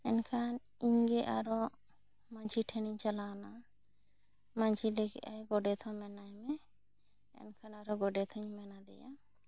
ᱮᱱᱠᱷᱟᱱ ᱤᱧ ᱜᱮ ᱟᱨᱦᱚᱸ ᱢᱟᱺᱡᱷᱤ ᱴᱷᱮᱱᱤᱧ ᱪᱟᱞᱟᱣ ᱮᱱᱟ ᱢᱟᱺᱡᱷᱤ ᱞᱟ ᱭ ᱠᱮᱜᱼᱟᱭ ᱜᱚᱰᱮᱛ ᱦᱚᱸ ᱢᱮᱱᱟᱭ ᱢᱮ ᱮᱱᱠᱷᱟᱱ ᱟᱨᱦᱚᱸ ᱜᱚᱰᱮᱛ ᱦᱚᱹᱧ ᱢᱮᱱ ᱟᱫᱮᱭᱟ